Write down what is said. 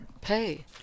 pay